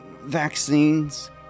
vaccines